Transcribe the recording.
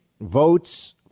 votes